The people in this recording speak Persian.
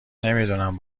نمیدونم